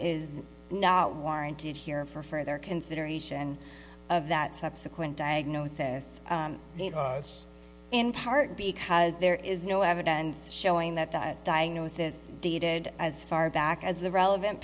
is not warranted here for further consideration of that subsequent diagnosis in part because there is no evidence showing that that diagnosis dated as far back as the relevant